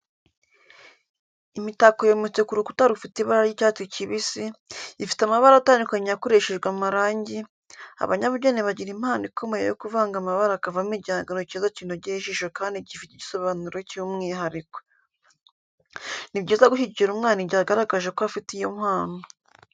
Imitako yometse ku rukuta rufite ibara ry'icyatsi kibisi, ifite amabara atandukanye yakoreshejwe amarangi, abanyabugeni bagira impano ikomeye yo kuvanga amabara akavamo igihangano cyiza kinogeye ijisho kandi gifite igisobanuro cy'umwihariko. Ni byiza gushyigikira umwana igihe agaragaje ko afite iyo mpano.